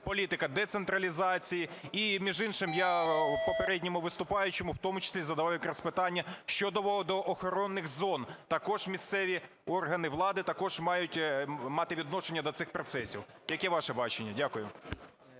політика децентралізації? І між іншим я попередньому виступаючому у тому числі задавав якраз питання щодо водоохоронних зон, також місцеві органи влади також мають мати відношення до цих процесів. Яке